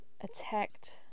attacked